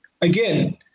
Again